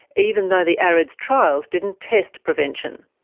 even though the areds trials didn't test prevention.